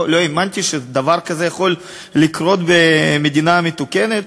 לא האמנתי שדבר כזה יכול לקרות במדינה מתוקנת.